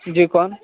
جی کون